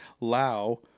Lao